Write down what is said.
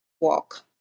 walk